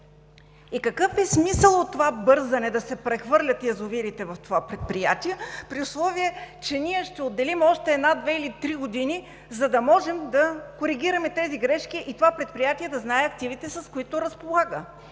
Какъв е смисълът от това бързане да се прехвърлят язовирите в това предприятие, при условие че ние ще отделим още една, две или три години, за да можем да коригираме тези грешки и това предприятие да знае активите, с които разполага?!